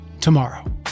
tomorrow